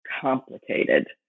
complicated